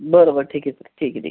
बरं बरं ठीक आहे सर ठीक आहे ठीक